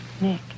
Nick